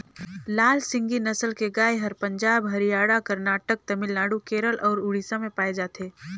लाल सिंघी नसल के गाय हर पंजाब, हरियाणा, करनाटक, तमिलनाडु, केरल अउ उड़ीसा में पाए जाथे